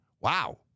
Wow